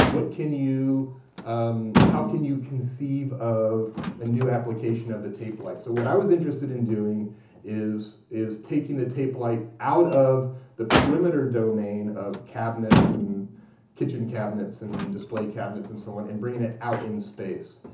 what can you um how can you conceive of a new application of the tape light? so what i was interested in doing is is taking the tape light out of the perimeter domain of cabinets and kitchen cabinets and display cabinets and so on, and bringing it out in space.